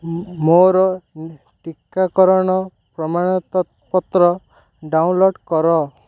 ମୋର ଟୀକା କରଣ ପ୍ରମାଣ ପତ୍ର ଡ଼ାଉନଲୋଡ଼୍ କର